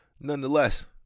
Nonetheless